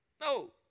No